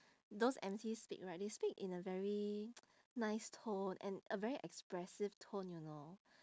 those emcee speak right they speak in a very nice tone and a very expressive tone you know